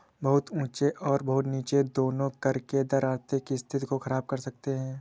बहुत ऊँचे और बहुत नीचे दोनों कर के दर आर्थिक स्थिति को ख़राब कर सकते हैं